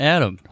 Adam